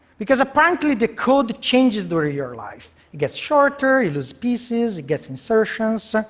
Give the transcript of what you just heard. because apparently, the code changes during your life. it gets shorter, you lose pieces, it gets insertions.